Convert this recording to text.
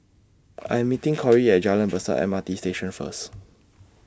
I Am meeting Cori At Jalan Besar M R T Station First